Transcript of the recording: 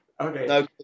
Okay